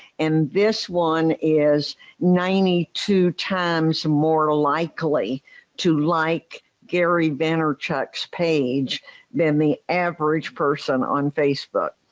and this one is ninety two times more and likely to like gary vaynerchuk's page than the average person on facebook.